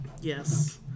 Yes